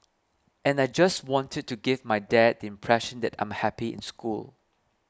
and I just wanted to give my dad the impression that I'm happy in school